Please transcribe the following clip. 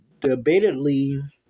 debatedly